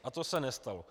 A to se nestalo.